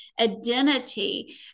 identity